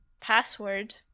password